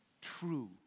true